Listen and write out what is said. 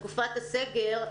בתקופת הסגר,